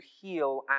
heal